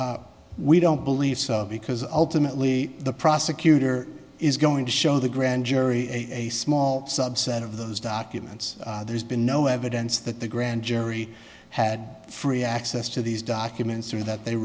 we don't believe because ultimately the prosecutor is going to show the grand jury a small subset of those documents there's been no evidence that the grand jury had free access to these documents or that they